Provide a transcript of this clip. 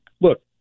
look